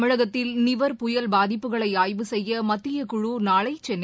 தமிழகத்தில் நிவர் புயல் பாதிப்புகளை ஆய்வு செய்ய மத்திய குழு நாளை சென்னை